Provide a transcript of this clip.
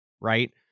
Right